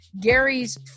Gary's